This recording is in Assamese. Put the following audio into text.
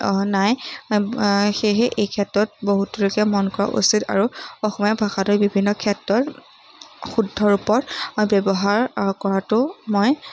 নাই সেয়েহে এই ক্ষেত্ৰত বহুত লোকে মন কৰা উচিত আৰু অসমীয়া ভাষাটোৱে বিভিন্ন ক্ষেত্ৰত শুদ্ধ ৰূপত ব্যৱহাৰ কৰাটো মই